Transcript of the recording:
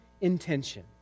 intention